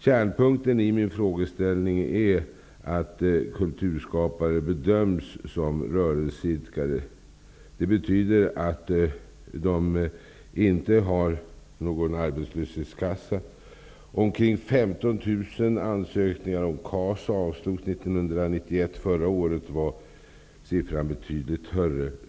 Kärnpunkten i min frågeställning är att kulturskapare bedöms som rörelseidkare. Det betyder att de inte har någon arbetslöshetskassa. 1991. Förra året var siffran betydligt högre.